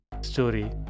story